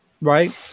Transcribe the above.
Right